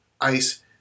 ice